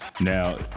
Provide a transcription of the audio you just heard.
Now